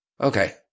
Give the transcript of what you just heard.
Okay